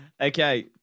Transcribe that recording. Okay